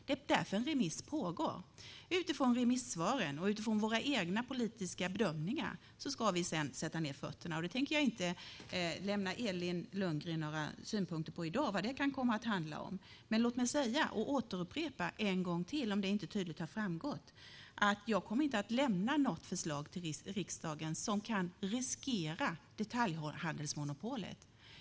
Det är därför en remiss pågår. Utifrån remissvaren och våra egna politiska bedömningar ska vi sedan sätta ned fötterna. Jag tänker inte lämna Elin Lundgren några synpunkter i dag om vad det kan komma att handla om. Låt mig upprepa en gång till, om det inte har framgått tydligt, att jag inte kommer att lämna något förslag till riksdagen som kan riskera detaljhandelsmonopolet.